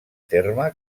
terme